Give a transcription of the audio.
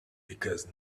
because